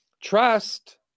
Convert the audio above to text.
trust